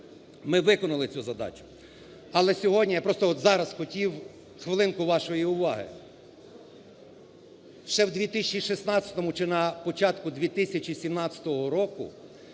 Ми виконали цю задачу. Але сьогодні, я просто от зараз хотів хвилинку вашої уваги. Ще в 2016-му чи на початку 2017 років